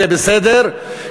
זה בסדר,